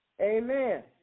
Amen